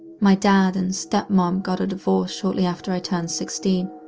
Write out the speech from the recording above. my dad and step-mom got a divorce shortly after i turned sixteen,